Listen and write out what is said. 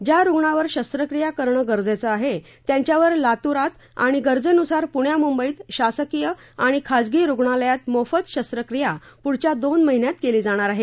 ज्या रुग्णावर शस्त्रक्रिया करणं गरजेचं आहे त्यांच्यावर लातुरात आणि गरजेनुसार पुण्या मुंबईत शासकीय आणि खासगी रुग्णालयात मोफत शस्त्रक्रिया पुढच्या दोन महिन्यात केली जाणार आहे